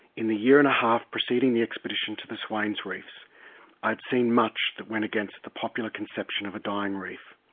in the year and a half preceding the expedition to the swains reefs i had seen much that went against the popular conception of a dying reef.